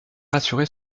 rassurer